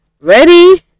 Ready